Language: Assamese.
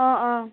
অ' অ'